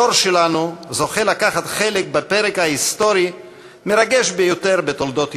הדור שלנו זוכה לקחת חלק בפרק היסטורי מרגש ביותר בתולדות ירושלים.